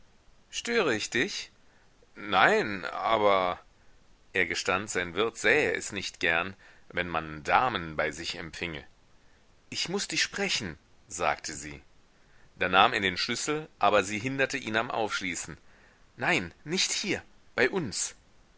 störe ich dich nein aber er gestand sein wirt sähe es nicht gern wenn man damen bei sich empfinge ich muß dich sprechen sagte sie da nahm er den schlüssel aber sie hinderte ihn am aufschließen nein nicht hier bei uns